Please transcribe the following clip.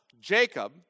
Jacob